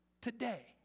today